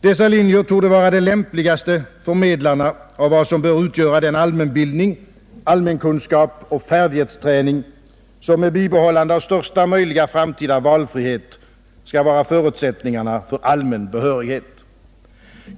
Dessa linjer torde vara de lämpligaste förmedlarna av vad som bör utgöra den allmänbildning, allmänkunskap och färdighetsträning som med bibehållande av största möjliga framtida valfrihet skall vara förutsättningarna för allmän behörighet.